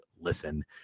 listen